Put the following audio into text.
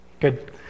good